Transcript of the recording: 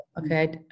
Okay